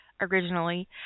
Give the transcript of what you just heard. originally